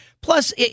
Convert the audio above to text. Plus